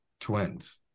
twins